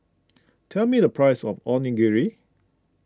tell me the price of Onigiri